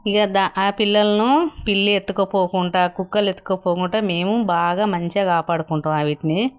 ఇక దాని ఆ పిల్లలను పిల్లి ఎత్తుకొనిపోకుండాా కుక్కలు ఎత్తుకొనిపోకుండాా మేము బాగా మంచిగా కాపాడుకుంటాము వాటిని